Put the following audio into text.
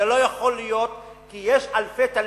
זה לא יכול להיות, כי יש אלפי תלמידים,